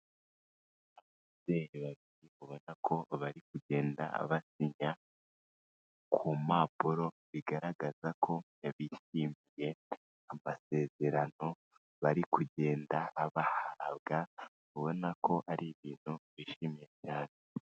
Ababyeyi babiri ubona ko bari kugenda basinya ku mpapuro, bigaragaza ko bishimiye amasezerano bari kugenda bahabwa, ubona ko ari ibintu bishimye cyane.